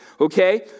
okay